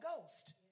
Ghost